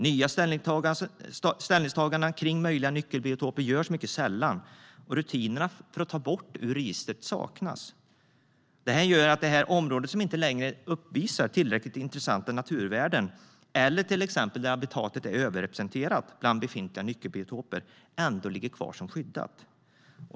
Nya ställningstaganden kring möjliga nyckelbiotoper görs mycket sällan, och rutiner för att ta bort dem ur registret saknas. Det gör att det område som inte längre uppvisar tillräckligt intressanta naturvärden eller där till exempel habitatet är överrepresenterat bland befintliga nyckelbiotoper ändå ligger kvar som skyddat.